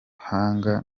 mahanga